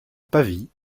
pavie